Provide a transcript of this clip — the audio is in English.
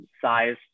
size